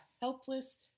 helpless